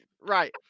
Right